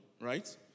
right